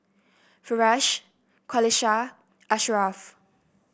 Firash Qalisha Ashraff